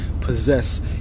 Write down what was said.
possess